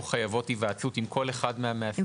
חייבות היוועצות עם כל אחד מהמאסדרים?